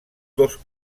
dos